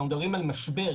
ואנחנו מדברים על משבר,